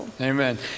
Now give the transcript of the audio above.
Amen